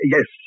Yes